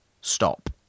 stop